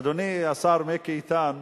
אדוני השר מיקי איתן,